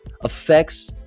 affects